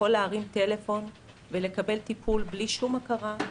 להרים טלפון ולקבל טיפול בלי שום הכרה,